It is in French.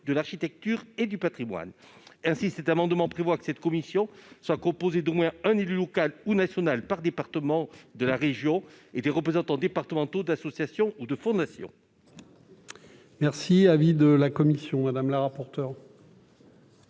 de l'architecture et du patrimoine (UDAP). Cet amendement tend donc à prévoir que la commission est composée d'au moins un élu local ou national par département de la région et des représentants départementaux d'associations ou de fondations. Quel est l'avis de la commission des affaires